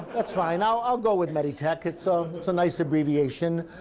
that's fine. i'll i'll go with meditech. it's um it's a nice abbreviation.